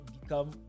become